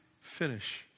finish